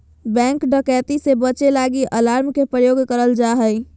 bank डकैती से बचे लगी अलार्म के प्रयोग करल जा हय